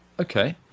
Okay